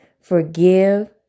forgive